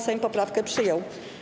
Sejm poprawkę przyjął.